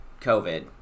covid